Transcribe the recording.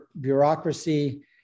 bureaucracy